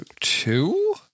two